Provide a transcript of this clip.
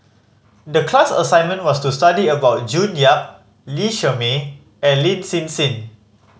the class assignment was to study about June Yap Lee Shermay and Lin Hsin Hsin